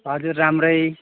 हजुर राम्रै